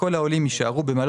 מי נמנע?